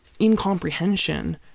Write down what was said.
incomprehension